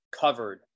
covered